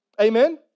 Amen